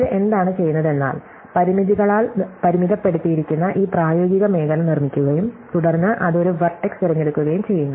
ഇത് എന്താണ് ചെയ്യുന്നതെന്നാൽ പരിമിതികളാൽ പരിമിതപ്പെടുത്തിയിരിക്കുന്ന ഈ പ്രായോഗിക മേഖല നിർമ്മിക്കുകയും തുടർന്ന് അത് ഒരു വെർടെക്സ് തിരഞ്ഞെടുക്കുകയും ചെയ്യുന്നു